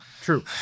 True